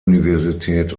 universität